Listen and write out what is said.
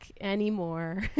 anymore